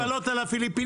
אין הגבלות על הפיליפינים,